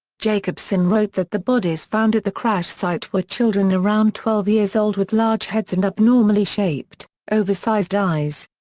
jacobsen wrote that the bodies found at the crash site were children around twelve years old with large heads and abnormally-shaped, over-sized eyes.